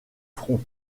front